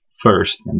first